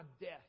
death